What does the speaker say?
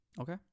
Okay